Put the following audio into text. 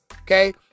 okay